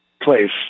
place